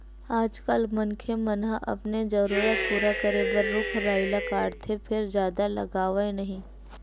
आजकाल मनखे मन ह अपने जरूरत पूरा करे बर रूख राई ल काटथे फेर जादा लगावय नहि